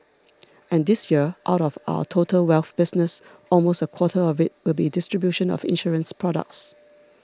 and this year out of our total wealth business almost a quarter of it will be distribution of insurance products